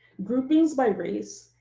groupings by race,